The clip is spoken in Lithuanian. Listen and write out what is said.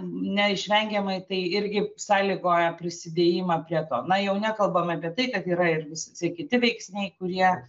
neišvengiamai tai irgi sąlygoja prisidėjimą prie to na jau nekalbam apie tai kad yra ir visi kiti veiksniai kurie